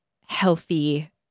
healthy